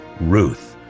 RUTH